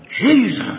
Jesus